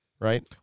Right